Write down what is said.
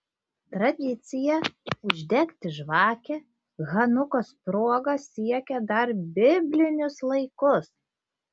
tradicija uždegti žvakę chanukos proga siekia dar biblinius laikus